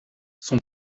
sont